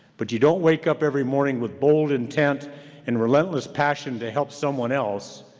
but you don't wake up every morning with bold intent and relentless passion to help someone else,